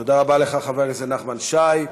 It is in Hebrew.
תודה רבה לך, חבר הכנסת נחמן שי.